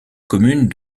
commune